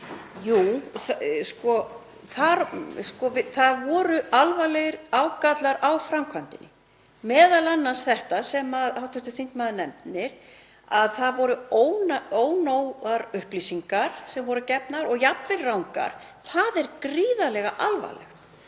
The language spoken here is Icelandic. Jú. Það voru alvarlegir ágallar á framkvæmdinni, m.a. þetta sem hv. þingmaður nefnir, að það voru ónógar upplýsingar sem voru gefnar og jafnvel rangar. Það er gríðarlega alvarlegt.